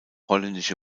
holländische